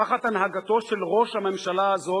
תחת הנהגתו של ראש הממשלה הזה,